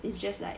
it's just like